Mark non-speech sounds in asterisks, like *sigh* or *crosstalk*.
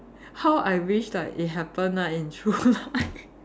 how I wish like it happen right in true life *laughs*